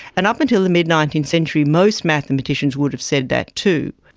and up until the mid nineteenth century most mathematicians would have said that too.